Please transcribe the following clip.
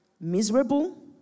Miserable